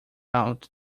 out